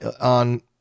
on